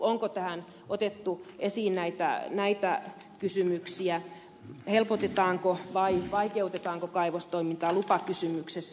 onko tässä otettu esiin näitä kysymyksiä helpotetaanko vai vaikeutetaanko kaivostoimintaa lupakysymyksessä